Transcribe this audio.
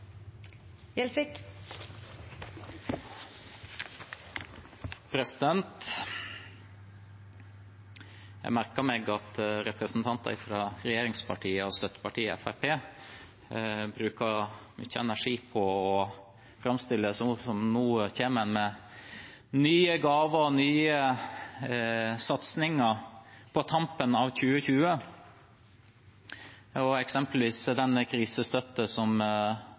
Jeg merker meg at representanter fra regjeringspartiene og støttepartiet Fremskrittspartiet bruker mye energi på å framstille det som om en nå kommer med nye gaver og nye satsinger på tampen av 2020 – eksempelvis